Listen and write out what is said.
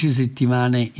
settimane